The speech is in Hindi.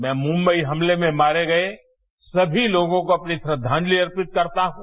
मैं मुंबई हमले में मारे गए सभी लोगों को अपनी श्रद्धांजलि अर्पित करता हूं